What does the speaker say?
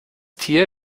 tier